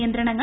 നിയന്ത്രണങ്ങൾ